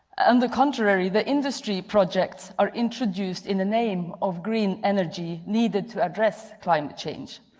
and the contrary the industry projects are introduced in the name of green energy, needed to address climate change.